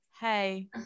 hey